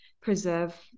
preserve